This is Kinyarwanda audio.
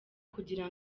kugira